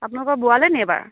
আপোনালোকৰ বোৱালেনি এইবাৰ